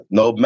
no